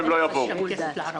מרדכי יוגב (הבית היהודי,